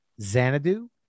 Xanadu